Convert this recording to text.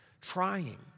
trying